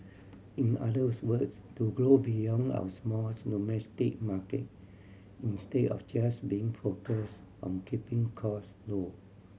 in others words to grow beyond our small domestic market instead of just being focus on keeping cost low